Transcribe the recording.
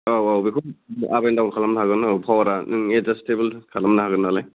औ औ बेखौ आप एन डाउन खालामनो हागोन न' पावारा नों एडजास्टतेबोल खालामनो हागोन नालाय